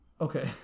Okay